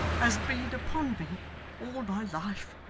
has been upon me all my life,